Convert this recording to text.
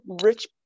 rich